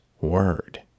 word